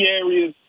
areas